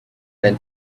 than